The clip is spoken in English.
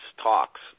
talks